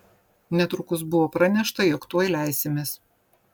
netrukus buvo pranešta jog tuoj leisimės